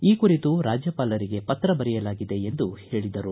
ಈ ಕುರಿತು ರಾಜ್ಯಪಾಲರಿಗೆ ಪತ್ರ ಬರೆಯಲಾಗಿದೆ ಎಂದು ಹೇಳಿದರು